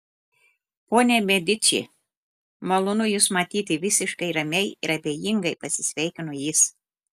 ponia mediči malonu jus matyti visiškai ramiai ir abejingai pasisveikino jis